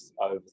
over